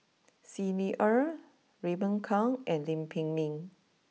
Xi Ni Er Raymond Kang and Lam Pin Min